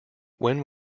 when